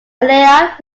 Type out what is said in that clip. layoff